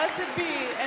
be,